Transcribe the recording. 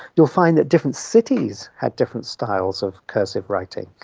you'll find that different cities had different styles of cursive writing.